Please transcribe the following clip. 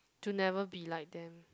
to never be like them